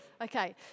Okay